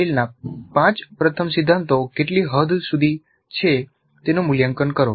મેરિલના પાંચ પ્રથમ સિદ્ધાંતો કેટલી હદ સુધી છે તેનું મૂલ્યાંકન કરો